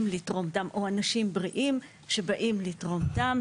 לתרום דם או אנשים בריאים שבאים לתרום דם,